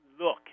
look